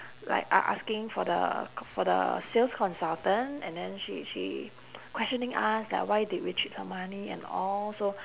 like a~ asking for the for the sales consultant and then she she questioning us like why did we cheat her money and all so